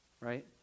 Right